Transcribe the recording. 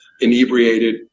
inebriated